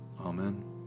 Amen